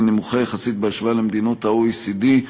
והיא נמוכה בהשוואה למדינות ה-OECD,